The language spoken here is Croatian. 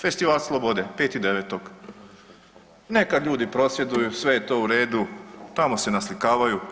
Festival slobode 5.9. neka ljudi prosvjeduju, sve je to u redu, tamo se naslikavaju.